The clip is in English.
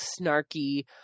snarky